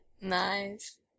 Nice